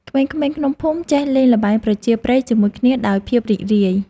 ក្មេងៗក្នុងភូមិចេះលេងល្បែងប្រជាប្រិយជាមួយគ្នាដោយភាពរីករាយ។